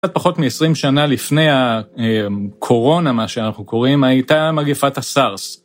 קצת פחות מ-20 שנה לפני הקורונה, מה שאנחנו קוראים, הייתה מגפת הסארס.